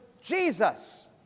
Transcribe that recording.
Jesus